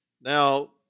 Now